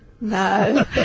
No